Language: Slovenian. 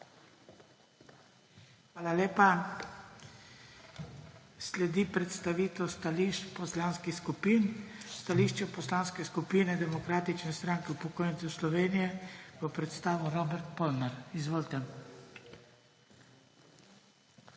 Hvala lepa. Sledi predstavitev stališč poslanskih skupin. Stališče Poslanske skupine Demokratične stranke upokojencev Slovenije bo predstavil Robert Polnar. Izvolite. **ROBERT